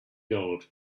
gold